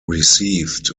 received